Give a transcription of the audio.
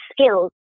skills